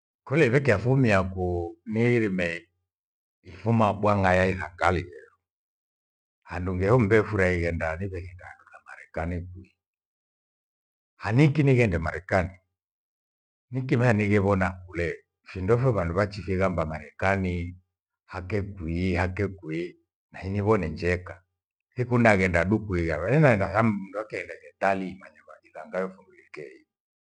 Kole ivekeyafumia kuu, niirime ifuma bwang'a ya isangalie. Handungoembe nifurahie genda ningeshigha handu Marekani kwi. Haniki nighende Marekani nikevae nighevona kule findofwe vyandu vyachishighamba marekani hake kwii, hake kwiyi nahiivinone njeka. Siku nagheda du kwia, mndu aghenda itali manyunga kisangayo fungulikei